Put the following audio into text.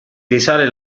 risale